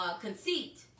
Conceit